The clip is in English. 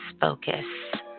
focus